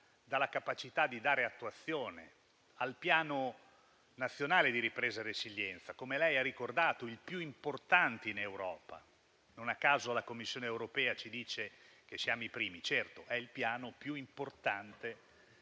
dalla capacità di dare attuazione al Piano nazionale di ripresa e resilienza, che come lei ha ricordato è il più importante in Europa. Non a caso, la Commissione europea ci dice che siamo i primi: è il Piano più importante che